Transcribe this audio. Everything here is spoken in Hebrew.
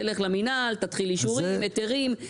תלך למינהל, תתחיל אישורים, היתרים.